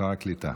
שר הקליטה.